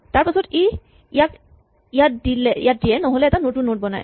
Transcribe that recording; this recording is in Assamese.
তাৰপাছত ই ইয়াক ইয়াত দিয়ে নহলে এটা নতুন নড বনায়